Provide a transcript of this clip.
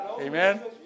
Amen